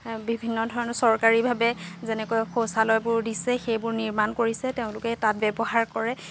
বিভিন্ন ধৰণৰ চৰকাৰীভাৱে যেনেকৈ শৌচালয়বোৰ দিছে সেইবোৰ নিৰ্মাণ কৰিছে তেওঁলোকে তাত ব্যৱহাৰ কৰে